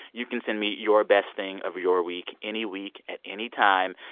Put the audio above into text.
you can send me your best thing of your week any week at any time.